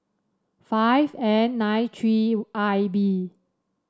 five N nine three I B